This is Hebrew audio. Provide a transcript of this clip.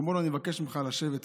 ואומר לו: אני מבקש ממך לשבת פה.